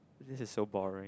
this is so boring